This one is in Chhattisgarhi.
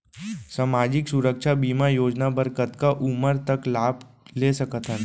सामाजिक सुरक्षा बीमा योजना बर कतका उमर तक लाभ ले सकथन?